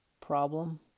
problem